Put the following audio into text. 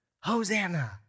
Hosanna